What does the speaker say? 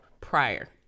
prior